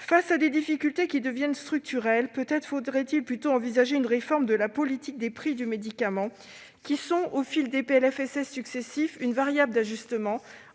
Face à des difficultés qui deviennent structurelles, peut-être faudrait-il plutôt envisager une réforme de la politique des prix du médicament, qui sont devenus, au fil des PLFSS successifs, une variable d'ajustement,